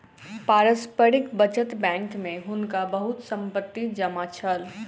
पारस्परिक बचत बैंक में हुनका बहुत संपत्ति जमा छल